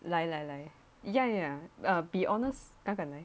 来来来 yeah yeah uh be honest 敢敢来